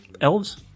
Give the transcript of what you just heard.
elves